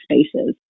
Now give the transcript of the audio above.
spaces